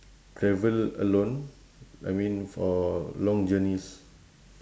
travel alone I mean for long journeys